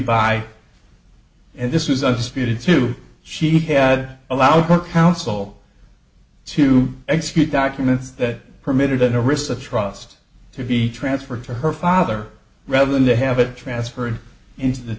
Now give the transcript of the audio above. by and this was a disputed two she had allowed her council to execute documents that permitted in a risk of trust to be transferred to her father rather than to have it transferred into the